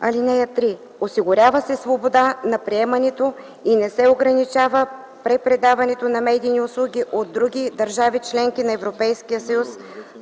форма. (3) Осигурява се свобода на приемането и не се ограничава препредаването на медийни услуги от други държави – членки на Европейския съюз,